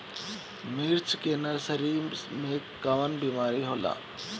मिर्च के नर्सरी मे कवन बीमारी होला?